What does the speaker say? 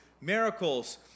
miracles